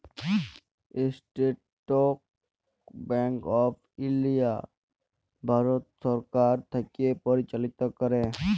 State Bank of India Bharat সরকার থ্যাকে পরিচালিত ক্যরে